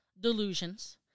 delusions